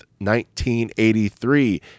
1983